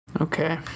Okay